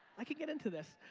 i can get into this.